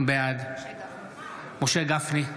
בעד משה גפני,